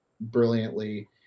brilliantly